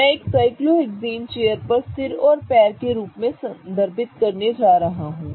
मैं एक cyclohexane chair पर सिर और पैर के रूप में संदर्भित करने जा रहा हूं